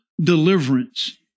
deliverance